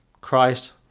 Christ